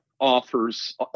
offers